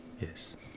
Yes